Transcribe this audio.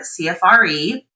CFRE